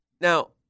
Now